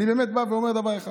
אני בא ואומר דבר אחד.